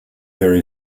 there